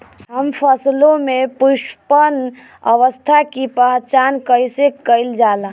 हम फसलों में पुष्पन अवस्था की पहचान कईसे कईल जाला?